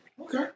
Okay